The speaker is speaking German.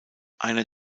einer